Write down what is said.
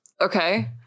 Okay